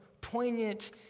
poignant